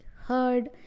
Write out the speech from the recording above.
heard